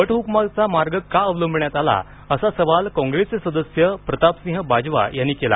वटहुकमाचा मार्ग का अवलंबण्यात आला असा सवाल कॉंग्रेसचे सदस्य प्रतापसिंह बाजवा यांनी केला